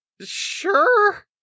sure